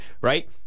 right